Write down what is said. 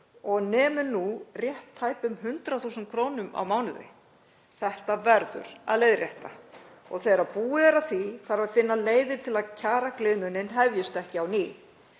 og nemur nú rétt tæpum 100.000 kr. á mánuði. Þetta verður að leiðrétta. Og þegar búið er að því þarf að finna leiðir til að kjaragliðnunin hefjist ekki á ný.